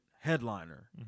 headliner